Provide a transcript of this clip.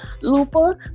lupa